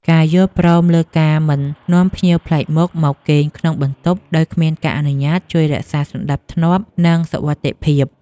ការយល់ព្រមលើការមិននាំភ្ញៀវប្លែកមុខមកគេងក្នុងបន្ទប់ដោយគ្មានការអនុញ្ញាតជួយរក្សាសណ្តាប់ធ្នាប់និងសុវត្ថិភាព។